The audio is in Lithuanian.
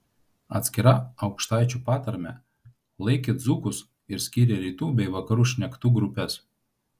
atskira aukštaičių patarme laikė dzūkus ir skyrė rytų bei vakarų šnektų grupes